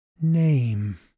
name